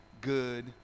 good